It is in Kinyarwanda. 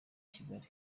kigali